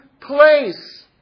place